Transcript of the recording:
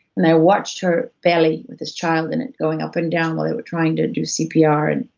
and i watched her belly with this child in it, going up and down while they were trying to do cpr,